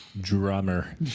Drummer